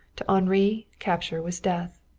to henri capture was death.